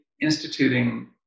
instituting